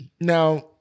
Now